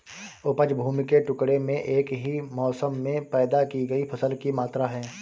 उपज भूमि के टुकड़े में एक ही मौसम में पैदा की गई फसल की मात्रा है